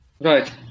Right